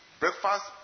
breakfast